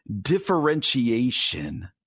differentiation